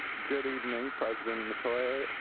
good evening president metoyer,